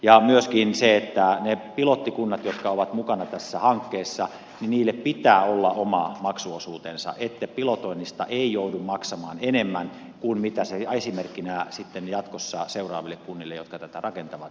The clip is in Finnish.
ja myöskin niille pilottikunnille jotka ovat mukana tässä hankkeessa pitää olla oma maksuosuutensa että pilotoinnista ei joudu maksamaan enemmän kuin esimerkiksi sitten jatkossa seuraavat kunnat jotka tätä rakentavat